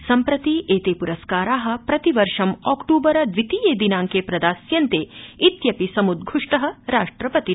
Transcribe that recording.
सम्प्रति एते पुरस्कारा प्रतिवर्ष ऑक्ट्रबर द्वितीये दिनांके प्रदास्यन्ते इत्यपि समुद्धष्ट राष्ट्रपतिना